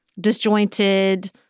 disjointed